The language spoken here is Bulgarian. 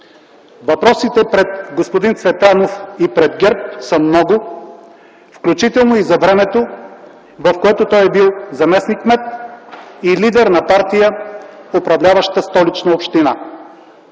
Въпросите пред господин Цветанов и пред ГЕРБ са много, включително и за времето, в което той е бил заместник-кмет и лидер на партия, управляваща Столичната община.